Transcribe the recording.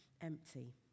empty